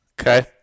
Okay